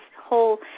whole